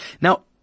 Now